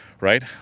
right